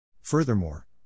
Furthermore